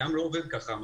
הים לא עובד כך.